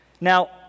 Now